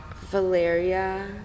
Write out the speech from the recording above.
valeria